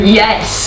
yes